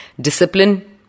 Discipline